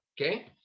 Okay